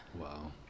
Wow